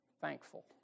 thankful